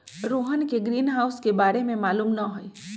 रोहन के ग्रीनहाउस के बारे में मालूम न हई